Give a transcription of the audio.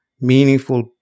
meaningful